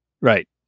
Right